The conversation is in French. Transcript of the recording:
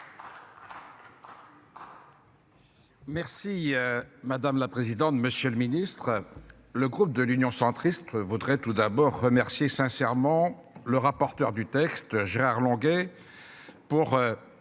Merci madame la présidente. Monsieur le Ministre, le groupe de l'Union centriste vaudrait tout d'abord remercier sincèrement le rapporteur du texte. Gérard Longuet. Pour.